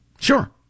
sure